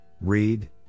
read